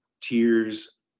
tears